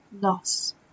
loss